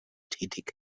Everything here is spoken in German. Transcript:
tätig